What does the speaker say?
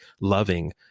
loving